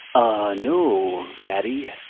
ah no, maddie,